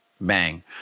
bang